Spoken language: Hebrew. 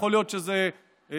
ויכול להיות שזה במתכוון,